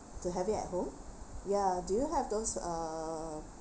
to have it at home ya do you have those uh